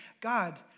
God